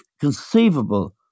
conceivable